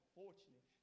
fortunate